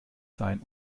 sein